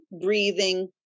breathing